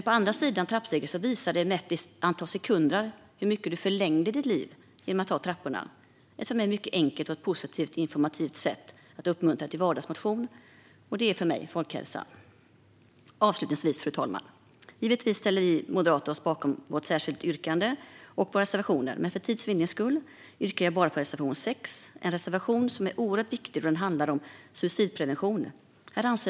På andra sidan trappsteget visades hur många sekunder man förlängde livet genom att ta trapporna. Detta var ett positivt och informativt sätt att uppmuntra till vardagsmotion, vilket för mig är folkhälsa. Fru talman! Avslutningsvis står jag bakom vårt särskilda yttrande och våra reservationer, men för tids vinnande yrkar jag bifall bara till reservation 6. Det är en reservation som är oerhört viktigt eftersom den handlar om suicidprevention.